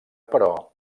però